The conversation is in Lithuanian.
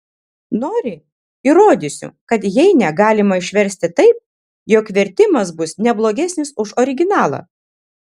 nori įrodysiu kad heinę galima išversti taip jog vertimas bus ne blogesnis už originalą